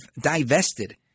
divested